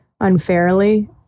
unfairly